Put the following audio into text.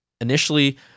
initially